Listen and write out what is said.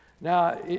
Now